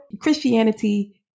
Christianity